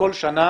בכל שנה